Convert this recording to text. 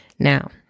Now